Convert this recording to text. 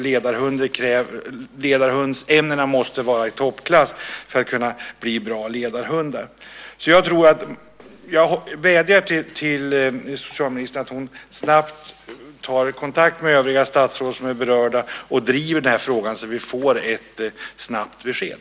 Ledarhundsämnena måste ju vara i toppklass för att de ska kunna bli bra ledarhundar. Jag vädjar till socialministern att hon snabbt tar kontakt med övriga statsråd som är berörda och driver frågan så att vi får ett snabbt besked.